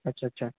अच्छा अच्छा